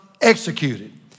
executed